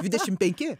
dvidešim penki